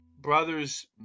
brother's